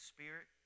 Spirit